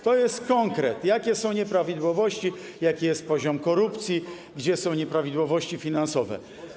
To jest konkret, sprawdza, jakie są nieprawidłowości, jaki jest poziom korupcji, gdzie są nieprawidłowości finansowe.